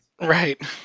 right